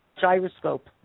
gyroscope